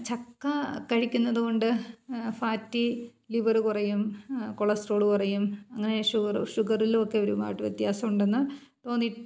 ചക്ക കഴിക്കുന്നതുകൊണ്ട് fatty liver കുറയും കൊളസ്ട്രോള് കുറയും അങ്ങനെ ഷുഗറ് ഷുഗറിലുമൊക്കെ ഒരുപാട് വ്യത്യാസം ഉണ്ടെന്നു തോന്നി